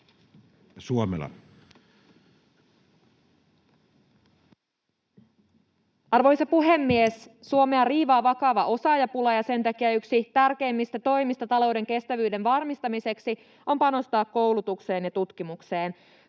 Arvoisa puhemies! Suomea riivaa vakava osaajapula, ja sen takia yksi tärkeimmistä toimista talouden kestävyyden varmistamiseksi on panostaa koulutukseen ja tutkimukseen.